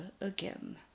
again